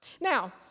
Now